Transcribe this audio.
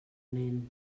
nen